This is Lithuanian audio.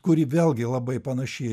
kuri vėlgi labai panaši